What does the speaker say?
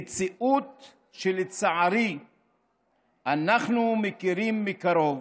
מציאות שלצערי אנחנו מכירים מקרוב.